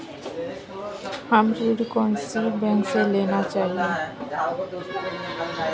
हमें ऋण कौन सी बैंक से लेना चाहिए?